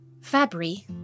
Fabry